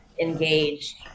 engage